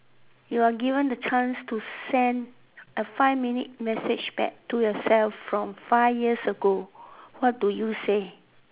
you are given the chance to send a five minute message back to yourself from five years ago what do you say